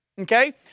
Okay